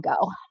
go